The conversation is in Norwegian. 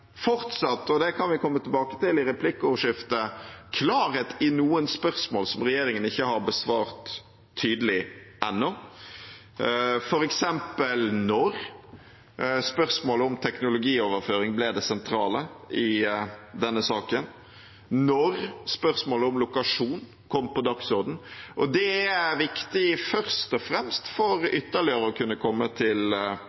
og det kan vi komme tilbake til i replikkordskiftet – klarhet i noen spørsmål som regjeringen ikke har besvart tydelig ennå, f.eks. når spørsmålet om teknologioverføring ble det sentrale i denne saken, når spørsmålet om lokasjon kom på dagsordenen. Det er viktig først og fremst for